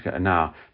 now